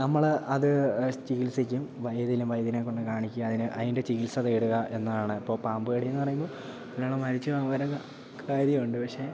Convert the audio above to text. നമ്മള് അത് ചികിത്സിക്കും വൈദ്യനും വൈദ്യനെ കൊണ്ട് കാണിക്കും അതിന് അതിൻ്റെ ചികിത്സ തേടുക എന്നാണ് ഇപ്പോൾ പാമ്പ് കടി എന്ന് പറയുമ്പോൾ ഒരാള് മരിച്ച് വരെ കാര്യം ഉണ്ട് പക്ഷേ